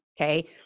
okay